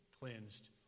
cleansed